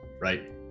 Right